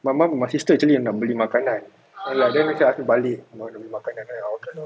my mum my sister actually nak beli makanan ah lah then dekat balik dia beli makanan okay lor